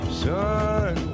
son